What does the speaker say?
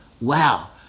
Wow